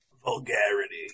Vulgarity